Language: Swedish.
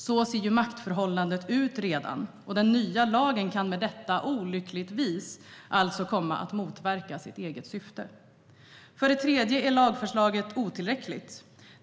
Så ser maktförhållandet redan ut. Den nya lagen kan alltså med detta, olyckligtvis, komma att motverka sitt eget syfte. För det tredje är lagförslaget otillräckligt.